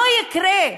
לא יקרה.